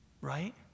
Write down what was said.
Right